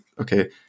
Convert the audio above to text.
okay